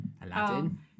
aladdin